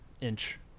inch